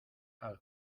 algo